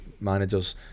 managers